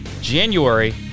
January